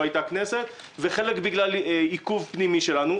הייתה כנסת וחלק בגלל עיכוב פנימי שלנו.